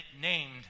named